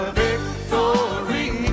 victory